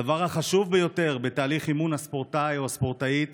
הדבר החשוב ביותר בתהליך אימון של ספורטאי או ספורטאית